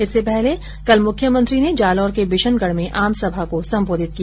इससे पहले कल मुख्यमंत्री ने जालौर के बिशनगढ़ में आमसभा को संबोधित किया